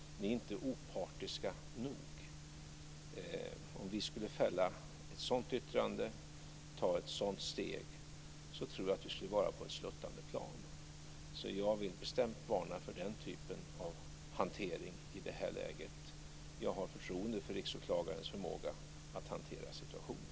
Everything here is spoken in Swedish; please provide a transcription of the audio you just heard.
Ni är inte nog opartiska. Om vi skulle fälla ett sådant yttrande, ta ett sådant steg, tror jag att vi skulle hamna på ett sluttande plan. Jag vill därför bestämt varna för den typen av hantering i det här läget. Jag har förtroende för Riksåklagarens förmåga att hantera situationen.